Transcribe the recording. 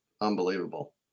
unbelievable